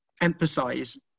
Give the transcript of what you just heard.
emphasize